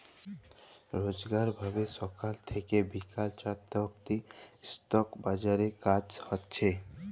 রইজকার ভাবে ছকাল থ্যাইকে বিকাল চারটা অব্দি ইস্টক বাজারে কাজ হছে